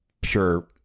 pure